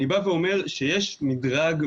אני בא ואומר שיש מידרג,